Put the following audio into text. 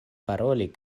paroli